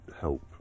help